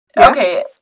Okay